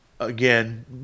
Again